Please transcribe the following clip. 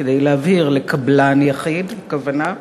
כדי להבהיר, לקבלן יחיד הכוונה.